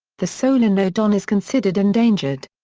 the solenodon is considered endangered.